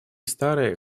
старые